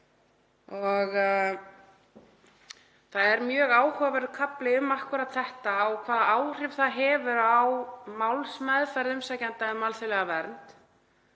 Það er mjög áhugaverður kafli um akkúrat þetta og hvaða áhrif það hefur á málsmeðferð umsækjenda um alþjóðlega vernd